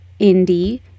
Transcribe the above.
indie